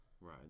Right